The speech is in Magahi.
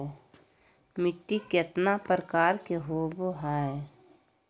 मिट्टी केतना प्रकार के होबो हाय?